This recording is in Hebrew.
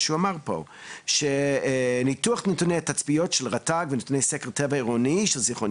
הוא אמר שניתוח נתוני התצפיות של רט"ג ונתוני סקר "טבע עירוני" של זיכרון